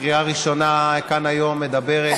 לקריאה ראשונה כאן היום מדברת